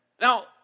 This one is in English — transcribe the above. Now